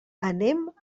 anem